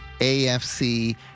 AFC